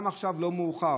גם עכשיו לא מאוחר.